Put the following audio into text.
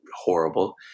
horrible